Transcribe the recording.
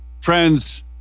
Friends